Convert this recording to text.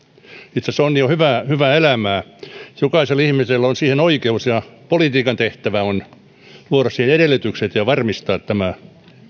itse asiassa onni on hyvää elämää jokaisella ihmisellä on siihen oikeus ja politiikan tehtävä on luoda siihen edellytykset ja varmistaa tämä